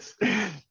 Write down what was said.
Yes